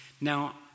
Now